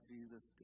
Jesus